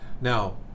Now